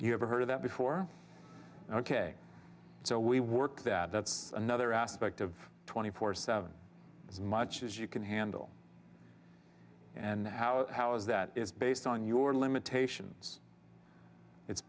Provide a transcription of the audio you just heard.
you have heard of that before ok so we work that that's another aspect of twenty four seven as much as you can handle and how how is that is based on your limitations it's